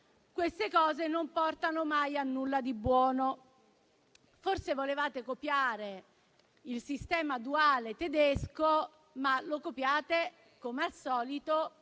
queste cose non portano mai a nulla di buono. Forse volevate copiare il sistema duale tedesco, ma - come al solito